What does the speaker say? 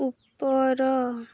ଉପର